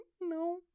No